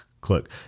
click